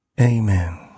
Amen